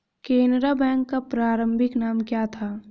Canara bank का प्रारंभिक नाम क्या था?